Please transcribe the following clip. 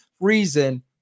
reason